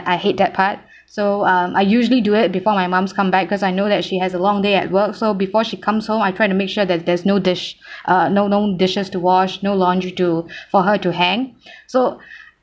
I hate that part so um I usually do it before my moms come back because I know that she has a long day at work so before she comes home I try to make sure that there's no dish uh no no dishes to wash no laundry to for her to hang so